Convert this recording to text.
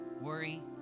worry